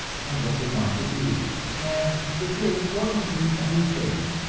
and what they want to be and if there is going to be any change,